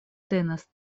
tenas